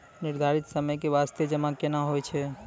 निर्धारित समय के बास्ते जमा केना होय छै?